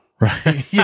Right